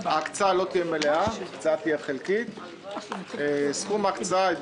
ההקצאה לא תהיה מלאה, היא תהיה חלקית.